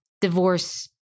divorce